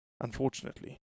unfortunately